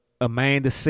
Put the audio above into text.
Amanda